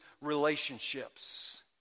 relationships